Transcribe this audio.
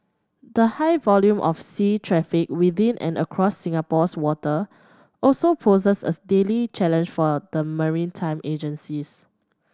the high volume of sea traffic within and across Singapore's waters also poses a daily challenge for the maritime agencies